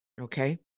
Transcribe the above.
Okay